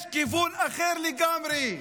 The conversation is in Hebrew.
יש כיוון אחר לגמרי,